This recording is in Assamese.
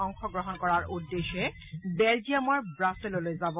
অংশগ্ৰহণ কৰাৰ উদ্দেশ্যে বেলজিয়ামৰ ৱাছেললৈ যাব